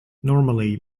normally